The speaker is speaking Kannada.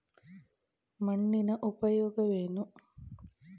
ಮಣ್ಣಿನ ಉಪಯೋಗವೇನು?